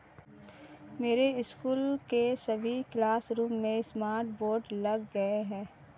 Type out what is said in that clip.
मेरे स्कूल के सभी क्लासरूम में स्मार्ट बोर्ड लग गए हैं